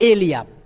Eliab